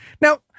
Now